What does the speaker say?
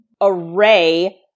array